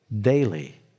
daily